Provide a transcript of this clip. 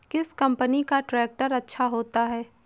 किस कंपनी का ट्रैक्टर अच्छा होता है?